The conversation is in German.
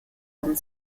haben